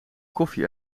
koffie